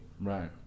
Right